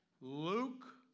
Luke